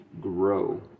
grow